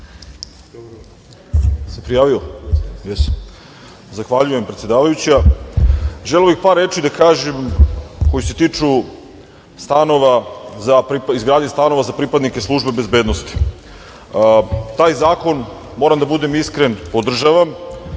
Veselinović** Zahvaljujem, predsedavajuća. Želeo bih par reči da kažem koje se tiču izgradnje stanova za pripadnike službe bezbednosti. Taj zakon, moram da budem iskren, podržavam,